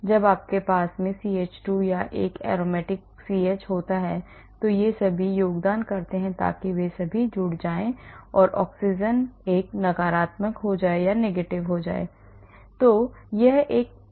इसलिए जब आपके पास CH2 या एक aromatic CH होता है तो वे सभी योगदान करते हैं ताकि वे सभी जुड़ जाएं ऑक्सीजन एक नकारात्मक हो जाता है